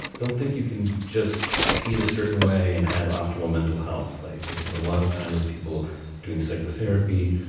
don't think that you can just eat a certain way and have optimal mental health. i spend a lot of time with people doing psychotherapy,